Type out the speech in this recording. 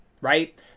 right